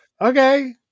okay